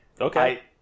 Okay